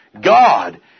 God